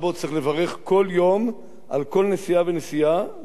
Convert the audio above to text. צריך לברך כל יום על כל נסיעה ונסיעה,